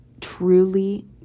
truly